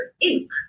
ink